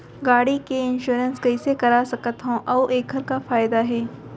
गाड़ी के इन्श्योरेन्स कइसे करा सकत हवं अऊ एखर का फायदा हे?